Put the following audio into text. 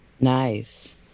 Nice